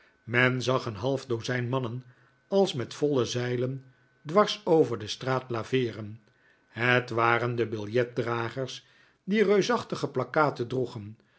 men zag een half dozijn mannen als met voile zeilen dwars over de straat laveeren het wafen de biljetdragers die reusachtige plakkaten droegen